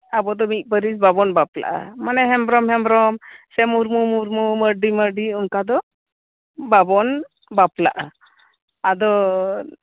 ᱟᱵᱚ ᱫᱚ ᱢᱤᱜ ᱯᱟᱨᱤᱥ ᱵᱟᱵᱚᱱ ᱵᱟᱯᱞᱟᱜᱼᱟ ᱢᱟᱱᱮ ᱦᱮᱢᱵᱽᱨᱚᱢ ᱦᱮᱢᱵᱽᱨᱚᱢ ᱥᱮ ᱢᱩᱨᱢᱩ ᱢᱩᱨᱢᱩ ᱢᱟᱨᱰᱤ ᱢᱟᱨᱰᱤ ᱚᱝᱠᱟ ᱫᱚ ᱵᱟᱵᱚᱱ ᱵᱟᱯᱞᱟᱜᱼᱟ ᱟᱫᱚ